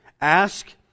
Ask